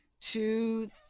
two